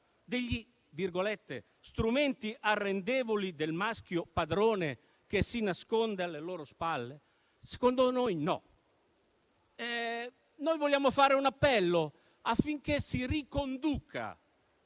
degli «strumenti arrendevoli del maschio padrone che si nasconde alle loro spalle»? Secondo noi, no. Noi vogliamo fare un appello affinché si riconduca